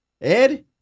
Ed